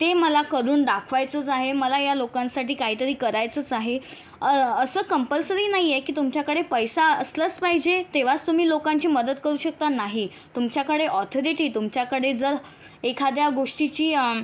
ते मला करून दाखवायचंच आहे मला या लोकांसाठी काहीतरी करायचंच आहे असं कंपल्सरी नाहीये की तुमच्याकडे पैसा असलाच पाहिजे तेव्हाचं तुम्ही लोकांची मदत करू शकता नाही तुमच्याकडे ऑथरिटी तुमच्याकडे जर एखाद्या गोष्टीची